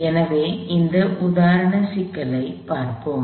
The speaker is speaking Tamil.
எனவே இந்த உதாரண சிக்கலைப் பார்ப்போம்